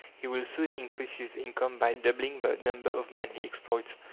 he will soon increase his income by doubling the number of men he exploits.